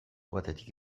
batetik